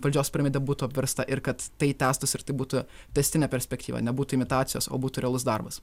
valdžios piramidė būtų apversta ir kad tai tęstųsi ir tai būtų tęstinė perspektyva nebūtų imitacijos o būtų realus darbas